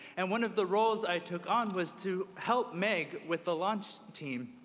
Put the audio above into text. and one of the roles i took on was to help make, with the launch team.